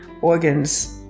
organs